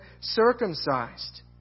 circumcised